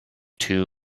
too